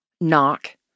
Knock